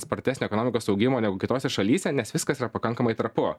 spartesnio ekonomikos augimo negu kitose šalyse nes viskas yra pakankamai trapu